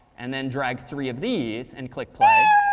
and then drag three of these and click play.